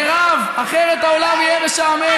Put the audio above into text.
נכון, חתיכת אייתוללה, אחרת העולם יהיה משעמם.